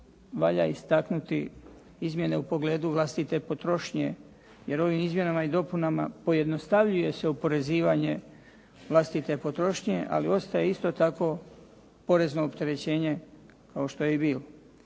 valja istaknuti izmjene u pogledu vlastite potrošnje, jer ovim izmjenama i dopunama pojednostavljuje se oporezivanje vlastite potrošnje. Ali ostaje isto tako porezno opterećenje kao što je i bilo.